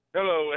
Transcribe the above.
Hello